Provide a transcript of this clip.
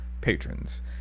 patrons